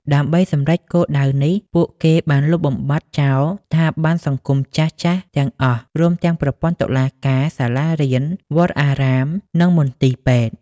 ដើម្បីសម្រេចគោលដៅនេះ ពួកគេបានលុបបំបាត់ចោលស្ថាប័នសង្គមចាស់ៗទាំងអស់ រួមទាំងប្រព័ន្ធតុលាការ សាលារៀន វត្តអារាម និងមន្ទីរពេទ្យ។